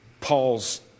Paul's